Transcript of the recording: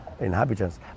inhabitants